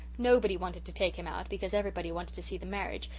nobody wanted to take him out, because everybody wanted to see the marriage,